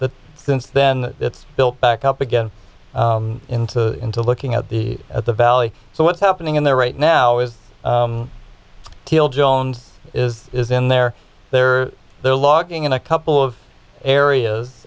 that since then it's built back up again into the into looking at the at the valley so what's happening in there right now we've killed jones is is in there they're there logging in a couple of areas